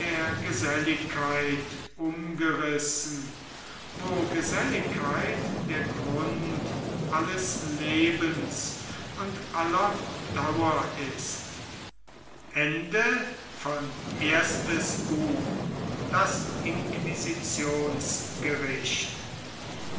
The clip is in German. geselligkeit umgerissen wo geselligkeit der grund alles lebens und aller dauer ist